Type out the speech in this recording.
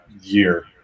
year